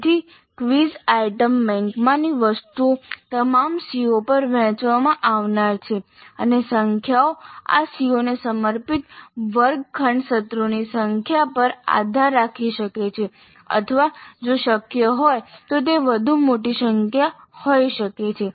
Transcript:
તેથી quiz item બેંકમાંની વસ્તુઓ તમામ CO પર વહેંચવામાં આવનાર છે અને સંખ્યાઓ આ CO ને સમર્પિત વર્ગખંડ સત્રોની સંખ્યા પર આધાર રાખી શકે છે અથવા જો શક્ય હોય તો તે વધુ મોટી સંખ્યા હોઈ શકે છે